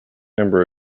number